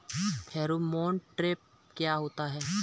Pheromone trap क्या होता है?